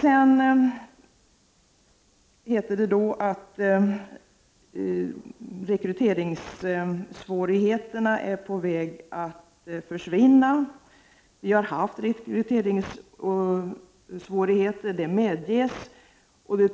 Det heter vidare att rekryteringssvårigheterna är på väg att försvinna. Vi har haft rekryteringssvårigheter, det medges. Jag menar